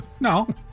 No